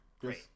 Great